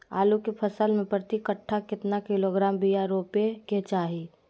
आलू के फसल में प्रति कट्ठा कितना किलोग्राम बिया रोपे के चाहि?